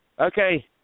Okay